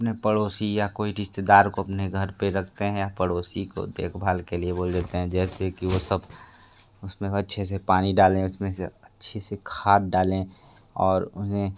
अपने पड़ोसी या कोई रिश्तेदार को अपने घर पे रखते हैं पड़ोसी को देखभाल के लिए बोल देते हैं जैसे कि वो सब उस में अच्छे से पानी डालें उस में अच्छी सी खाध डालें और उन्हें